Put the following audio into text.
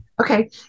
Okay